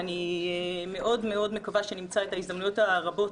אני מאוד מאוד מקווה שנמצא את ההזדמנויות הרבות